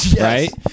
Right